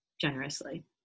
generously